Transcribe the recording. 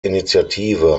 initiative